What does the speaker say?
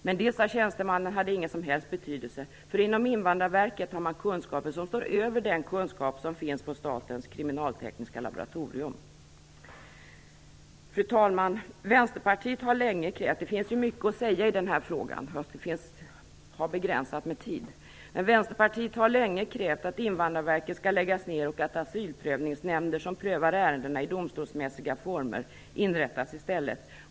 Men tjänstemannen sade att det inte hade någon som helst betydelse eftersom man inom Invandrarverket har kunskaper som står över den kunskap som finns på Fru talman! Det finns ju mycket att säga i den här frågan, men jag har begränsat med tid. Vänsterpartiet har länge krävt att Invandrarverket skall läggas ned och att asylprövningsnämnder som prövar ärendena i domstolsmässiga former inrättas i stället.